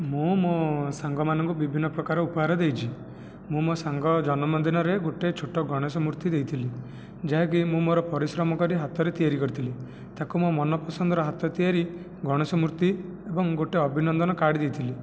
ମୁଁ ମୋ' ସାଙ୍ଗମାନଙ୍କୁ ବିଭିନ୍ନ ପ୍ରକାର ଉପହାର ଦେଇଛି ମୁଁ ମୋ' ସାଙ୍ଗ ଜନ୍ମଦିନରେ ଗୋଟିଏ ଛୋଟ ଗଣେଶ ମୂର୍ତ୍ତି ଦେଇଥିଲି ଯାହାକି ମୁଁ ମୋର ପରିଶ୍ରମ କରି ହାତରେ ତିଆରି କରିଥିଲି ତାକୁ ମୋ' ମନ ପସନ୍ଦର ହାତ ତିଆରି ଗଣେଶ ମୂର୍ତ୍ତି ଏବଂ ଗୋଟିଏ ଅଭିନନ୍ଦନ କାର୍ଡ଼ ଦେଇଥିଲି